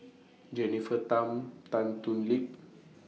Jennifer Tham Tan Thoon Lip